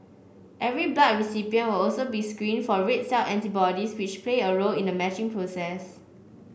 every blood recipient will also be screened for red cell antibodies which play a role in the matching process